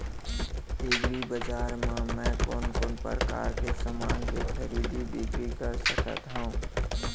एग्रीबजार मा मैं कोन कोन परकार के समान के खरीदी बिक्री कर सकत हव?